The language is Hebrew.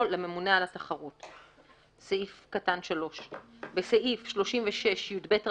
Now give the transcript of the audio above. "לממונה על התחרות"; (3)בסעיף 36יב(ב),